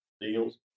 deals